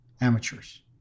amateurs